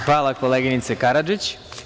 Hvala, koleginice Karadžić.